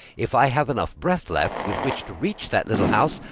if i have enough breath left with which to reach that little house,